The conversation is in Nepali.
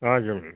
हजुर